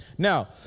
Now